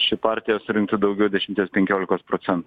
ši partija surinktų daugiau dešimties penkiolikos procen